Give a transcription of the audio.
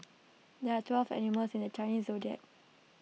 there are twelve animals in the Chinese Zodiac